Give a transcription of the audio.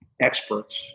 experts